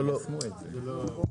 לא, לא.